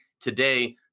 today